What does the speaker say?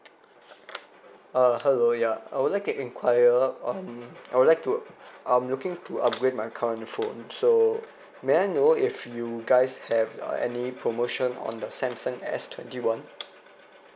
uh hello yeah I would like to inquire um I would like to I'm looking to upgrade my current phone so may I know if you guys have like any promotion on the samsung S twenty one